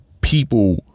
people